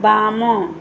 ବାମ